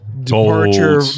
Departure